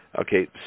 Okay